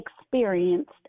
experienced